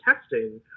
testing